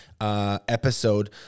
episode